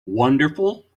wonderful